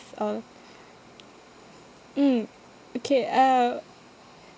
all mm okay uh